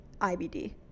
IBD